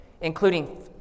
including